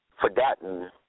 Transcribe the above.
forgotten